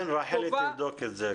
כן, רחלי תבדוק את זה.